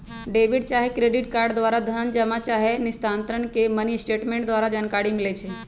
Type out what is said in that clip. debit चाहे credit card द्वारा धन जमा चाहे निस्तारण के मिनीस्टेटमेंट द्वारा जानकारी मिलइ छै